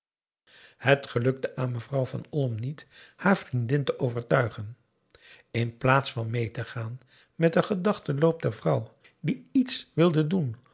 het gelukte aan mevrouw van olm niet haar vriendin te overtuigen in plaats van meê te gaan met den gedachtenloop der vrouw die iets wilde doen